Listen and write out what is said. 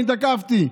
אני תקפתי,